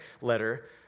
letter